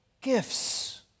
gifts